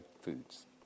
foods